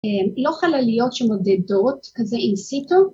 ‫אה...לא חלליות שמודדות, כזה אינסיטו,